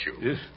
Yes